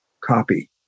copy